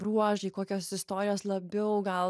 bruožai kokios istorijos labiau gal